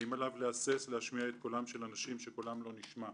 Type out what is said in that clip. האם עליו להסס להשמיע את קולם של אנשים שקולם לא נשמע?